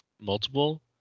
multiple